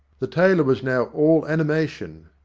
the tailor was now all animation.